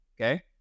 okay